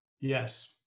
yes